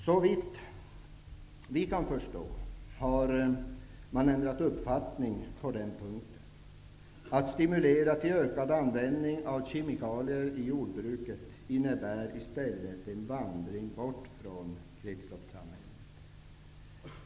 Såvitt jag kan förstå har man ändrat uppfattning på den punkten. Att stimulera till ökad användning av kemikalier i jordbruket innebär i stället en vandring bort från kretsloppssamhället.